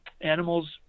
animals